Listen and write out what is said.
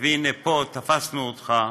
והנה פה תפסנו אותך,